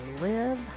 live